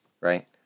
right